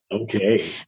okay